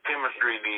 chemistry